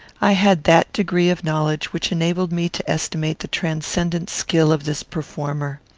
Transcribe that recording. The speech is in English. i had that degree of knowledge which enabled me to estimate the transcendent skill of this performer.